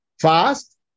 Fast